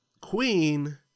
queen